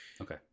Okay